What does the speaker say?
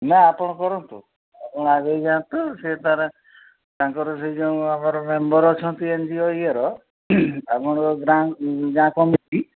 ନା ଆପଣ କରନ୍ତୁ ଆପଣ ଆଗେଇ ଯାଆନ୍ତୁ ସେ ତା'ର ତାଙ୍କର ସେ ଯୋଉଁ ଆମର ମେମ୍ବର୍ ଅଛନ୍ତି ୟେର ଆମର ଗାଁ କମିଟି